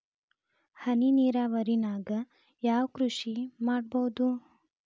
ಹನಿ ನೇರಾವರಿ ನಾಗ್ ಯಾವ್ ಕೃಷಿ ಮಾಡ್ಬೋದು?